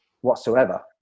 whatsoever